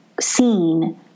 seen